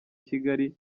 kigali